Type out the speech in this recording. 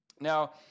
Now